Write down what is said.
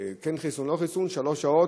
כן חיסון או לא חיסון, שלוש שעות,